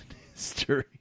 history